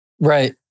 Right